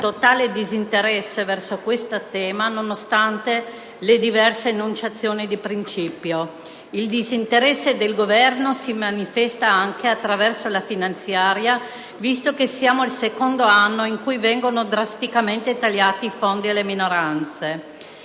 totale disinteresse verso questo tema, nonostante le diverse enunciazioni di principio. Il disinteresse del Governo si manifesta anche attraverso la finanziaria, visto che siamo al secondo anno in cui vengono drasticamente tagliati i fondi alle minoranze.